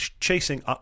chasing